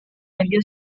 vendió